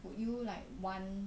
would you like want